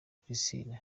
priscillah